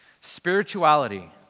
Spirituality